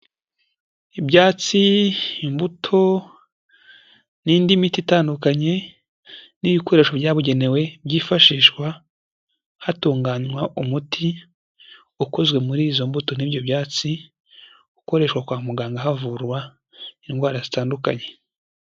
Ibyatsi, imbuto, n'indi miti itandukanye n'ibikoresho byabugenewe byifashishwa hatunganywa umuti ukozwe muri izo mbuto n'ibyo byatsi ukoreshwa kwa muganga havurwa indwara zitandukanye.